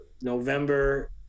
November